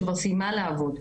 שכבר סיימה לעבוד,